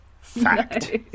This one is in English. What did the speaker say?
Fact